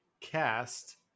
cast